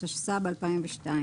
התשס"ב-2002,